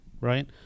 right